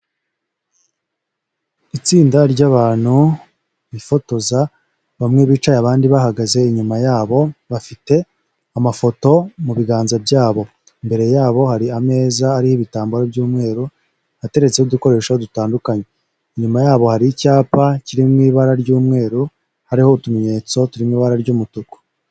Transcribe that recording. Itsinda ry'abantu bifotoza, bamwe bicaye abandi bahagaze, inyuma yabo bafite amafoto mu biganza byabo, imbere yabo hari ameza ariho ibitambaro by'umweru, ateretseho udukoresho dutandukanye, inyuma yabo hari icyapa kiri mu ibara ry'umweru. hariho utumenyetso turi mu ibara ry'umutuku.